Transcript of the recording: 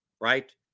Right